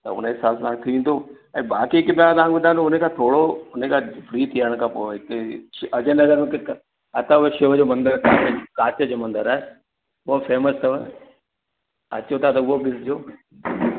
त उन हिसाब सां थींदो ऐं ॿाक़ी हिकु ॻाल्हि तव्हांखै ॿुधायां था न उनखां थोरो हुनखां फ्री थियण पोइ हिते अजय नगर में अथव शिव जो मंदिर अथव कांच जो मंदिर आहे उहो फेमस अथव अचो था त उहो बि ॾिसजो